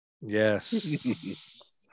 yes